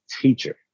teacher